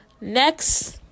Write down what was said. next